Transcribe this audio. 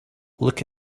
look